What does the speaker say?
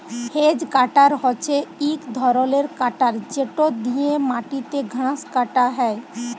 hedge cutter হছে ইক ধরলের কাটার যেট দিঁয়ে মাটিতে ঘাঁস কাটা হ্যয়